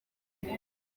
ibyo